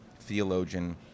theologian